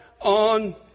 on